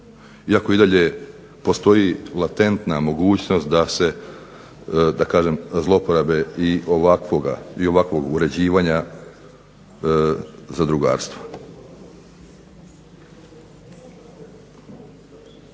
Iako i dalje postoji latentna mogućnost da kaže zloporabe i ovakvog uređivanja zadrugarstva.